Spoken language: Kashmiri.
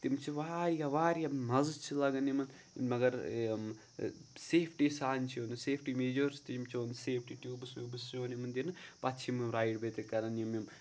تِم چھِ واریاہ واریاہ مَزٕ چھِ لَگان یِمَن مگر یِم سیفٹی سان چھِ یِوان سیفٹی میجٲرٕس تہِ یِم چھِ یِوان سیفٹی ٹیوٗبٕس ویوٗبٕس چھِ یِوان یِمَن دِنہٕ پَتہٕ چھِ یِم رایِڈ بیترِ کَران یِم یِم